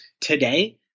today